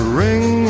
ring